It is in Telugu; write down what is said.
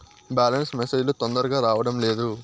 బ్యాలెన్స్ మెసేజ్ లు తొందరగా రావడం లేదు?